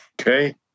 Okay